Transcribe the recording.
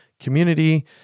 community